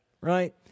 right